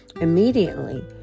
Immediately